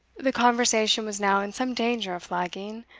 the conversation was now in some danger of flagging,